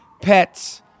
pets